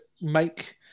make